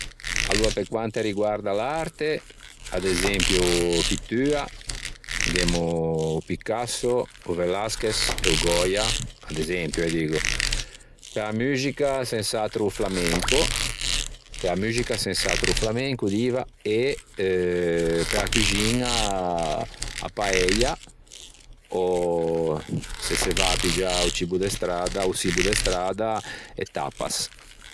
Aloa pe quante riguarda l'arte, ad esempio, pittua gh'emmo o Picasso, o Velasquez e o Goya ad esempio eh diggo. Pe-a muxica sens'atro o flamenco, pe-a muxica sens'atro o flamenco diva e pe-a cuxiña a paella ò se se va a piggiâ o çibbo de stradda, e tapas.